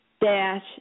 dash